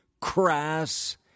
crass